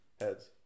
Heads